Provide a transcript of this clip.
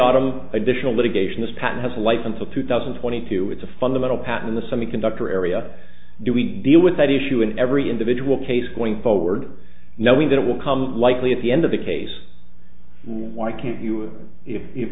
autum additional litigation this patent has a life until two thousand and twenty two it's a fundamental pattern the semiconductor area do we deal with that issue in every individual case going forward knowing that it will come likely at the end of the case why can't you if